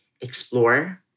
explore